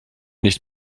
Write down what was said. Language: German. nicht